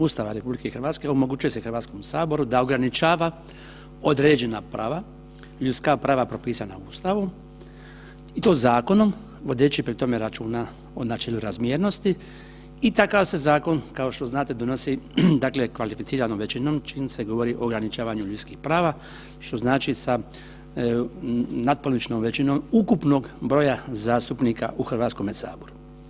Ustava RH omogućuje se Hrvatskome saboru da ograničava određena prava, ljudska prava propisana Ustavom i to zakonom, vodeći pritom računa o načelu razmjernosti i takav se zakon, kao što znate, donosi, dakle, kvalificiranom većinom, čim se govori o ograničavanju ljudskih prava, što znači sa natpolovičnom većinom ukupnog broja zastupnika u HS-u.